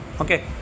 Okay